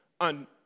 on